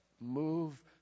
move